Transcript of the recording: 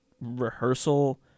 rehearsal